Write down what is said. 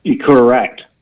Correct